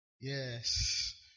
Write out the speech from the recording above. Yes